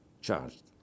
charged